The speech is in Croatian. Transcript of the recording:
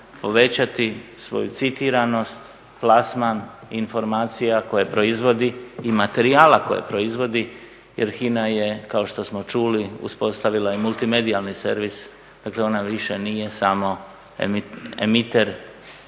povećati svoju citiranost, plasman informacija koje proizvodi i materijala koje proizvodi, jer HINA je kao što smo čuli uspostavila i multimedijalni servis, dakle ona više nije samo emiter